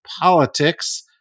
Politics